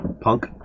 Punk